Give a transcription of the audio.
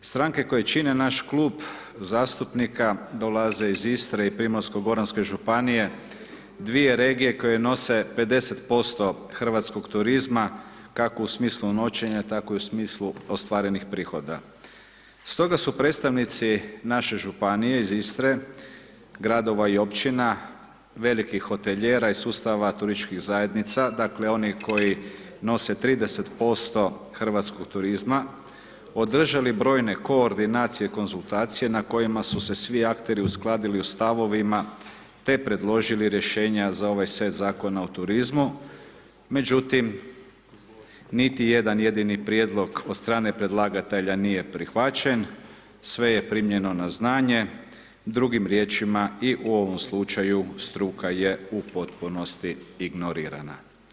Stranke koje čine naš klub zastupnika dolaze iz Istre i Primorsko-goranske županije, dvije regije koje nose 50% Hrvatskog turizma kako u smislu noćenja tako u smislu ostvarenih prihoda stoga su predstavnici naše županije iz Istre, gradova i općina, velikih hotelijera i sustav turističkih zajednica, dakle onih koji nose 30% hrvatskog turizma, održali brojne koordinacije i konzultacije na kojima su se svi akteri uskladili u stavovima te predložili rješenja za ovaj set zakona o turizmu međutim niti jedan jedini prijedlog od strane predlagatelja nije prihvaćen, sve je primljeno na znanje, drugim riječima i u ovom slučaju, struka je u potpunosti ignorirana.